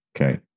Okay